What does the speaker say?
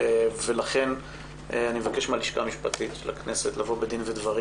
לכן אני מבקש מהלשכה המשפטית של הכנסת לבוא בדין ודברים